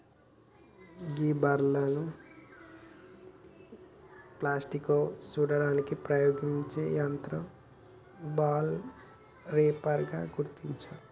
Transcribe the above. గీ బలేర్లను ప్లాస్టిక్లో సుట్టడానికి ఉపయోగించే యంత్రం బెల్ రేపర్ గా గుర్తించారు